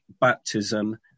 baptism